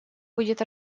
будет